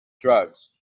drugs